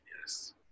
yes